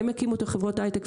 הם יקימו את חברות ההיי-טק,